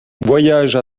voyage